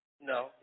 No